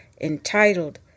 entitled